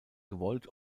gewollt